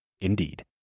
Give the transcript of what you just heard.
Indeed